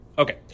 Okay